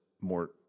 more